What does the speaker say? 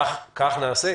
כך נעשה.